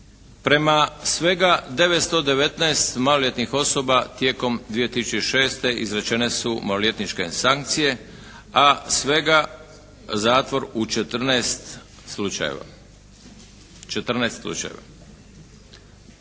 Prema svega 919 maloljetnih osoba tijekom 2006. izrečene su maloljetničke sankcije, a svega zatvor u 14 slučajeva.